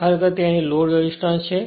ખરેખર તે અહીં લોડ રેસિસ્ટન્સ છે